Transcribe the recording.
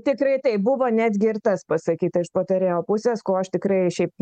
tikrai taip buvo netgi ir tas pasakyta iš patarėjo pusės ko aš tikrai šiaip